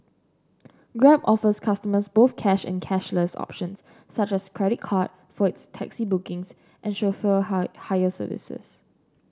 grab offers customers both cash and cashless options such as credit card for its taxi bookings and chauffeur hire services